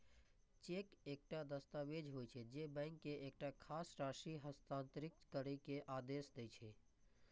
cheque एकटा दस्तावेज होइ छै, जे बैंक के एकटा खास राशि हस्तांतरित करै के आदेश दै छै